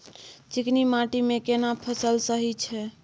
चिकनी माटी मे केना फसल सही छै?